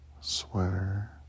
sweater